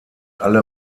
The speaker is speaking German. alle